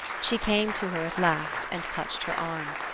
she came to her at last, and touched her arm.